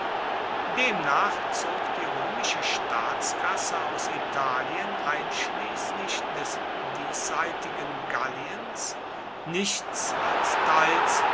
demnach zog die römische staatskasse aus italien einschließlich des diesseitigen galliens nichts als teils